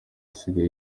asigaye